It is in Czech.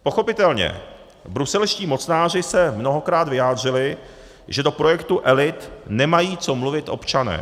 Pochopitelně, bruselští mocnáři se mnohokrát vyjádřili, že do projektu elit nemají co mluvit občané.